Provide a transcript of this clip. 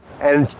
and,